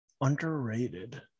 Underrated